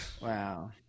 Wow